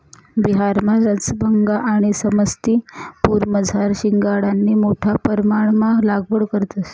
बिहारमा रसभंगा आणि समस्तीपुरमझार शिंघाडानी मोठा परमाणमा लागवड करतंस